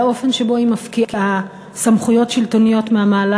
על האופן שבו היא מפקיעה סמכויות שלטוניות מהמעלה